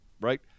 right